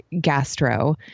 gastro